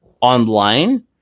online